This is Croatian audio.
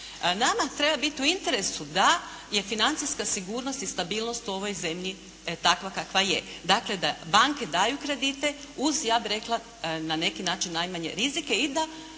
nama treba biti u interesu da je financijska sigurnost i stabilnost u ovoj zemlji takva kakva je, dakle da banke daju kredite uz ja bih rekla na neki način najmanje rizike i da